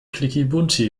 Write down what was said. klickibunti